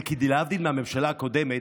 זה כי להבדיל מהממשלה הקודמת,